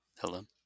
Hello